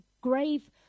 grave